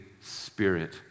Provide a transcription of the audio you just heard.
Spirit